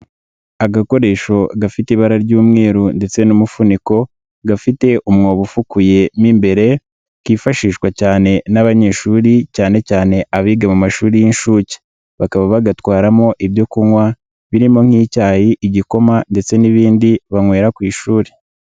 Agakoresho gafite ibara ry'umweru ndetse n'umufuniko gafite umwobo ufukuyemo imbere kifashishwa n'abanyeshuri cyane cyane abiga mu mashuri y'inshuke bakaba bagatwaramo ibyo kunywa birimo nk'icyayi, igikoma ndetse n'ibindi banywera ku ishuri.